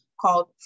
called